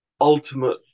ultimate